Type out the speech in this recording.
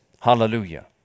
Hallelujah